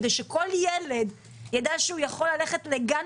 כדי שכל ילד ידע שהוא יכול ללכת לגן